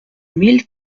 mille